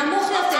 נמוך יותר.